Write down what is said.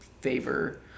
favor